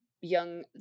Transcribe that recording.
young